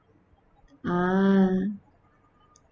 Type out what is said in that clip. ah